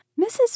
Mrs